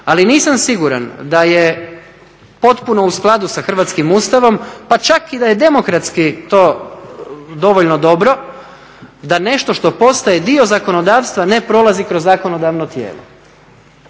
Ali nisam siguran da je potpuno u skladu sa hrvatskim Ustavom, pa čak i da je demokratski to dovoljno dobro da nešto što postaje dio zakonodavstva ne prolazi kroz zakonodavno tijelo.